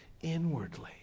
inwardly